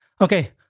okay